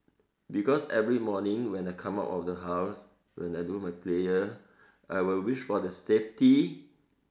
because every morning when I come out of the house when I do my prayer I will wish for the safety